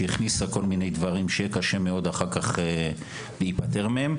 שהכניסה כל מיני דברים שיהיה קשה מאוד אחר כך להיפטר מהם,